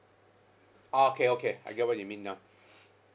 okay okay I get what you mean now